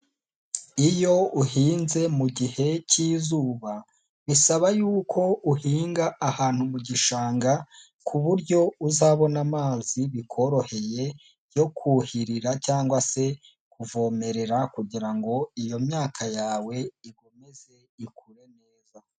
Iyo uhinze mu gihe cyi'izuba, bisaba yuko uhinga ahantu mu gishanga ku buryo uzabona amazi bikoroheye yo kuhirira cyangwa se kuvomerera, kugirango iyo myaka yawe ikomeze ikure neza.